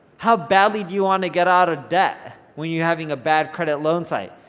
how badly do you wanna get out of debt, when you're having a bad credit loan site.